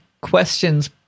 questions